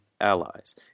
Allies